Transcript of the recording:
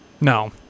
No